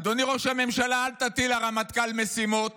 אדוני ראש הממשלה, אל תטיל על הרמטכ"ל משימות